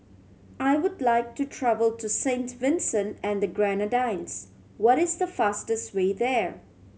I would like to travel to Saint Vincent and the Grenadines what is the fastest way there